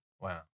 Wow